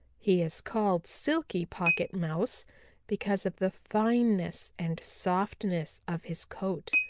he is called silky pocket mouse because of the fineness and softness of his coat.